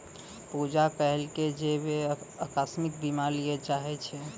पूजा कहलकै जे वैं अकास्मिक बीमा लिये चाहै छै